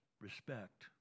respect